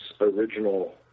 original